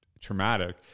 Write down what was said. traumatic